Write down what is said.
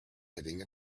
hitting